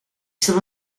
sono